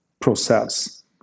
process